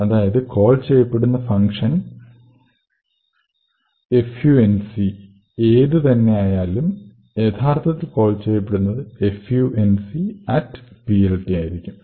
അതായത് കോൾ ചെയ്യപ്പെടുന്ന function func ഏത് തന്നെ ആയാലും യഥാർത്ഥത്തിൽ കോൾ ചെയ്യപ്പെടുന്നത് funcPLT ആയിരിക്കും